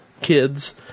kids